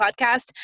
podcast